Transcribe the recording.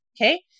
Okay